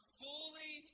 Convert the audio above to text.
fully